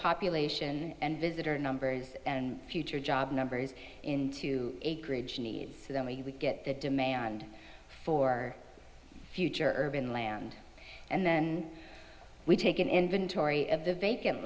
population and visitor numbers and future job numbers into a grid needs to the way you would get the demand for future urban land and then we take an inventory of the vacant